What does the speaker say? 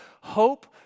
hope